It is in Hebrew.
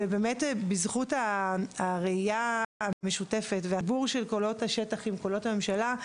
בזכות הראייה המשותפת והחיבור של קולות השטח עם קולות הממשלה,